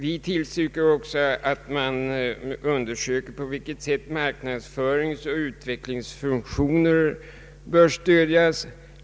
Vi tillstyrker vidare att man bör undersöka på vilket sätt marknadsföringsoch utvecklingsfunktioner bör stödjas.